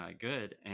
good